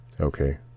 Okay